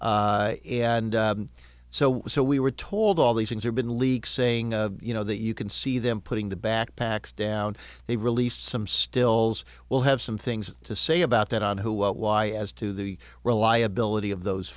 and so so we were told all these things have been leaked saying you know that you can see them putting the backpacks down they released some stills will have some things to say about that on who what why as to the reliability of those